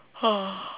ah